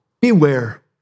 beware